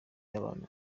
y’abana